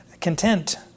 content